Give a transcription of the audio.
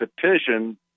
petition